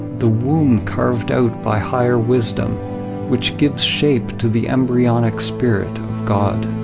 the womb carved out by higher wisdom which gives shape to the embryonic spirit of god.